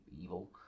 evil